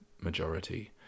majority